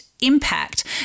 impact